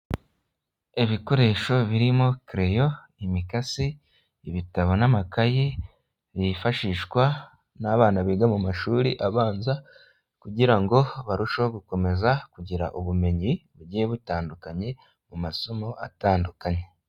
Ibikoresho birimo kereyo, imikasi, ibitabo n'amakayi, bifashishwa n'abana biga mu mashuri abanza kugira ngo barusheho gukomeza kugira ubumenyi bugiye butandukanye, mu masomo atandukanye.